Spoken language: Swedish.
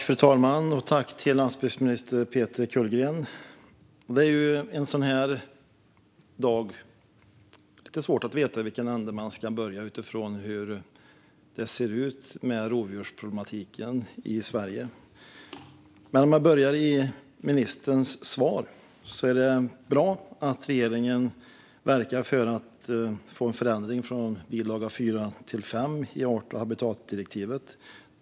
Fru talman! Jag tackar landsbygdsminister Peter Kullgren. Det är lite svårt att veta var man ska börja med tanke på hur rovdjursproblematiken ser ut i Sverige. Men låt mig börja i ministerns svar. Det är bra att regeringen verkar för att vargen flyttas från bilaga 4 till 5 i art och habitatdirektivet.